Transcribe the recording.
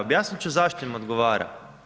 Objasniti ću zašto im odgovara.